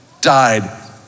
Died